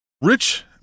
rich